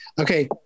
Okay